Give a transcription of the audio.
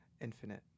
infinite